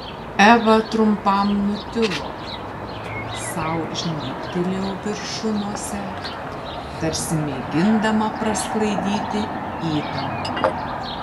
eva trumpam nutilo sau žnybtelėjo viršunosę tarsi mėgindama prasklaidyti įtampą